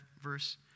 verse